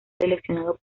seleccionado